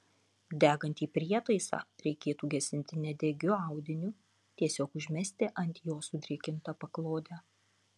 degantį prietaisą reikėtų gesinti nedegiu audiniu tiesiog užmesti ant jo sudrėkintą paklodę